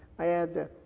i had to,